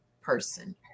person